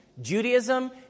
Judaism